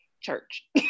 church